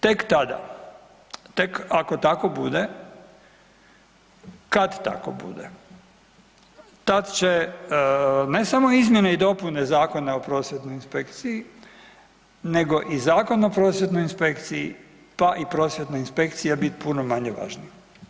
Tek tada, tek ako tako bude kad tako bude, tad će ne samo izmjene i dopune Zakona o prosvjetnoj inspekciji nego i Zakon o prosvjetnoj inspekciji pa i prosvjetna inspekcija bit puno manje važnija.